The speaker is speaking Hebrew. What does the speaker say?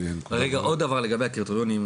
רגע, עוד דבר לגבי הקריטריונים.